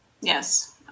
Yes